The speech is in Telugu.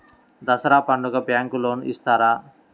దసరా పండుగ బ్యాంకు లోన్ ఇస్తారా?